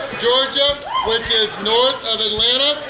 georgia which is north of atlanta.